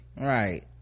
right